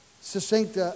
succinct